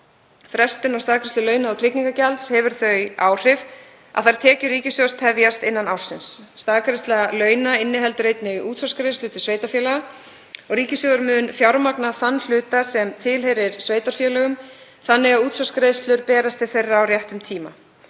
Frestun á staðgreiðslu launa og tryggingagjalds hefur þau áhrif að þær tekjur ríkissjóðs tefjast innan ársins. Staðgreiðsla launa inniheldur einnig útsvarsgreiðslur til sveitarfélaga og ríkissjóður mun fjármagna þann hluta sem tilheyrir sveitarfélögunum þannig að útsvarsgreiðslur berist til þeirra á réttum tíma.